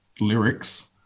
lyrics